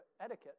etiquette